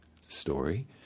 story